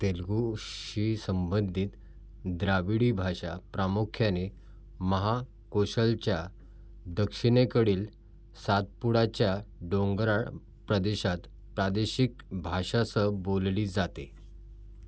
तेलगुशी संबंधित द्राविडी भाषा प्रामुख्याने महाकौशलच्या दक्षिणेकडील सातपुड्याच्या डोंगराळ प्रदेशात प्रादेशिक भाषासह बोलली जाते